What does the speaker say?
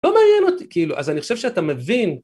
לא מעניין אותי כאילו, אז אני חושב שאתה מבין